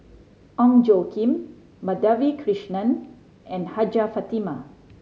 Ong Tjoe Kim Madhavi Krishnan and Hajjah Fatimah